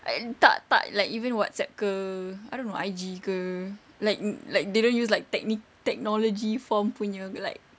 tak tak like even whatsapp ke I don't know I_G ke like like they don't use like techni~ technology form punya like